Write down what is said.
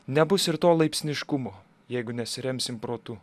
nebus ir to laipsniškumo jeigu nesiremsim protu